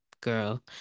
girl